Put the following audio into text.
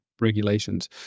regulations